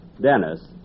Dennis